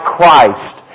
Christ